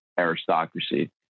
Aristocracy